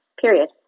Period